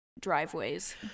driveways